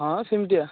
ହଁ ସେମିତିଆ